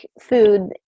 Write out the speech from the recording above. food